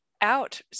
Out